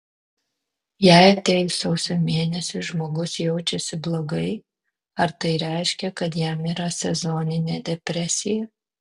jei atėjus sausio mėnesiui žmogus jaučiasi blogai ar tai reiškia kad jam yra sezoninė depresija